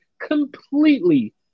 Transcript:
completely